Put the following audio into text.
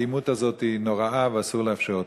האלימות הזאת נוראה ואסור לאפשר אותה.